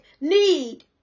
need